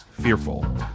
fearful